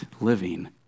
living